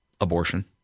Abortion